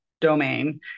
domain